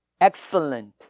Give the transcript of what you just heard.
excellent